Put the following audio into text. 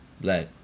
Black